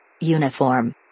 Uniform